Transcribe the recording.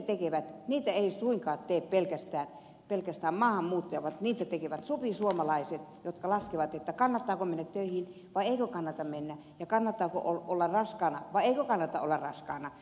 niitä eivät suinkaan tee pelkästään maahanmuuttajat vaan niitä tekevät supisuomalaiset jotka laskevat kannattaako mennä töihin vai eikö kannata mennä ja kannattaako olla raskaana vai eikö kannata olla raskaana